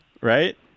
right